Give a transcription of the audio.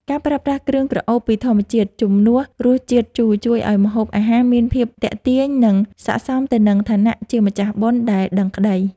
ការប្រើប្រាស់គ្រឿងក្រអូបពីធម្មជាតិជំនួសរសជាតិជូរជួយឱ្យម្ហូបអាហារមានភាពទាក់ទាញ និង សក្តិសមទៅនឹងឋានៈជាម្ចាស់បុណ្យដែលដឹងក្តី។